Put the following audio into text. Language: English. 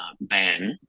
ban